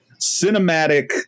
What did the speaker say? cinematic